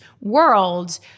world